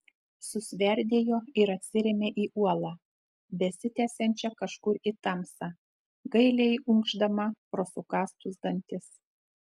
susverdėjo ir atsirėmė į uolą besitęsiančią kažkur į tamsą gailiai unkšdama pro sukąstus dantis